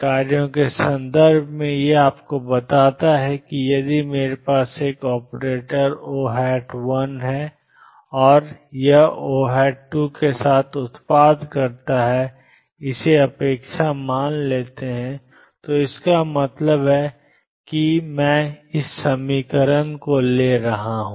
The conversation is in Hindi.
कार्यों के संदर्भ में यह आपको बताता है कि यदि मेरे पास एक ऑपरेटर O1 है और यह O2 के साथ उत्पाद है और इसे अपेक्षा मान लें तो इसका क्या मतलब है क्या मैं ∫xO1O2ψdx ले रहा हूं